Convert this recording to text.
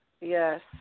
yes